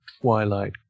Twilight